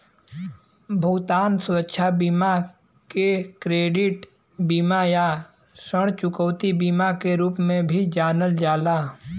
भुगतान सुरक्षा बीमा के क्रेडिट बीमा या ऋण चुकौती बीमा के रूप में भी जानल जाला